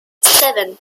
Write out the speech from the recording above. seven